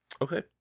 okay